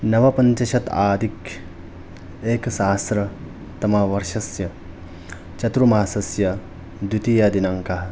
नवपञ्चशत्यधिक एकसहस्रतमवर्षस्य चतुर्थमासस्य द्वितीयदिनाङ्कः